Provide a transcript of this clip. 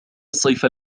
الصيف